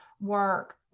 work